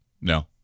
No